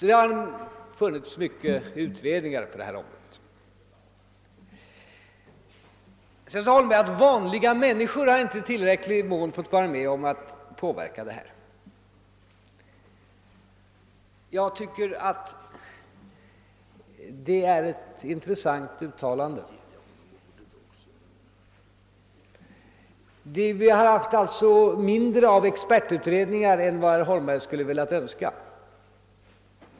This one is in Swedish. Det har alltså förekommit många utredningar på detta område. Herr Holmberg sade vidare att vanliga människor inte i tillräcklig mån fått vara med om att påverka det nu aktuella förslaget. Det är ett intressant uttalande. Det ligger alltså mindre av expertutredningar bakom förslaget än vad herr Holmberg skulle ha önskat.